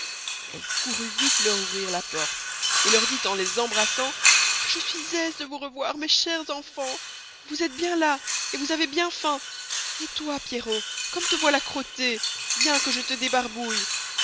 elle courut viste leur ouvrir la porte et leur dit en les embrassant que je suis aise de vous revoir mes chers enfants vous estes bien las et vous avez bien faim et toy pierrot comme te voylà crotté vien que je te débarboüille